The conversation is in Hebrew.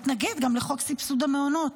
הוא אמר והתנגד גם לחוק סבסוד המעונות.